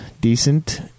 decent